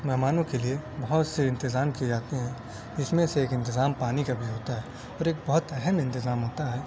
مہمانوں کے لیے بہت سے انتظام کیے جاتے ہیں جس میں سے ایک انتظام پانی کا بھی ہوتا ہے اور ایک بہت اہم انتظام ہوتا ہے